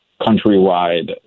countrywide